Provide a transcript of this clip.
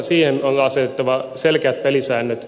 siihen on asetettava selkeät pelisäännöt